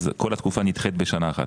כל התקופה נדחית בשנה אחת